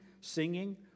singing